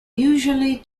usually